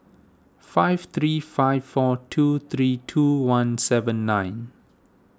five three five four two three two one seven nine